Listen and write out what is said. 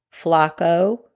Flacco